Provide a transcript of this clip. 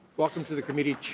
welcome to the committee.